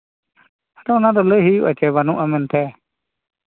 ᱟᱫᱚ ᱚᱱᱟ ᱫᱚ ᱞᱟᱹᱭ ᱦᱩᱭᱩᱜ ᱟᱥᱮ ᱵᱟᱹᱱᱩᱜᱼᱟ ᱢᱮᱱᱛᱮ